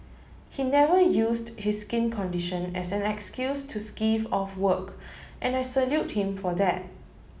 he never used his skin condition as an excuse to skive off work and I salute him for that